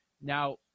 Now